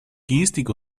gestik